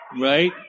Right